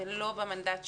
זה לא במנדט שלנו.